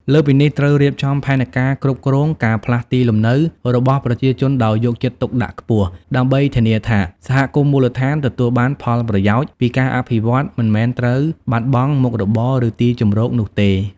លើសពីនេះ ត្រូវរៀបចំផែនការគ្រប់គ្រង ការផ្លាស់ទីលំនៅ របស់ប្រជាជនដោយយកចិត្តទុកដាក់ខ្ពស់ ដើម្បីធានាថា សហគមន៍មូលដ្ឋានទទួលបានផលប្រយោជន៍ ពីការអភិវឌ្ឍ មិនមែនត្រូវបាត់បង់មុខរបរ ឬទីជម្រកនោះទេ។